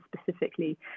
specifically